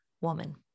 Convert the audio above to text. woman